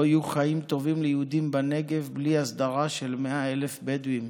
לא יהיו חיים טובים ליהודים בנגב בלי הסדרה ל-100,000 בדואים,